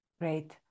great